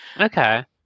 okay